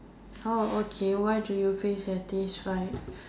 oh okay why do you feel satisfied